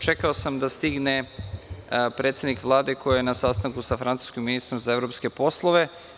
Čekao sam da stigne predsednik Vlade koji je na sastanku sa francuskim ministrom za evropske poslove.